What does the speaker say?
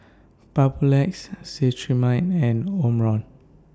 Papulex Cetrimide and Omron